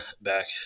back